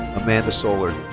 amanda soler.